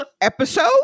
episode